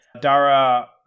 Dara